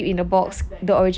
dust bag